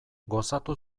gozatu